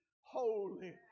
holy